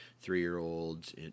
three-year-olds